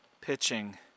pitching